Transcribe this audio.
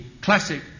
classic